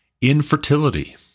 infertility